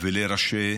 ולראשי